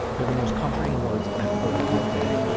they're the most comforting words i've heard all day.